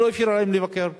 ולא אפשרו להם לבקר.